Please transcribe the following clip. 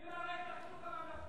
לא רק דרווין, שיש גישה אחרת.